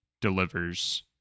delivers